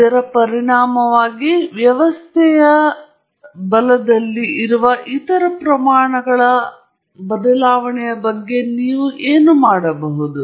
ಇದರ ಪರಿಣಾಮವಾಗಿ ವ್ಯವಸ್ಥೆಯ ಬಲದಲ್ಲಿ ಇರುವ ಇತರ ಪ್ರಮಾಣಗಳ ಬದಲಾವಣೆಯ ಬಗ್ಗೆ ನೀವು ಏನು ಮಾಡಬಹುದು